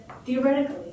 Theoretically